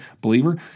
believer